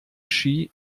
ski